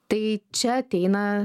tai čia ateina